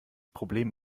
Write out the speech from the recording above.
problem